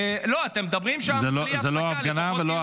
אתם מדברים שם בלי הפסקה, לפחות תהיו בשקט.